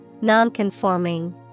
Nonconforming